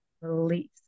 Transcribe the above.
release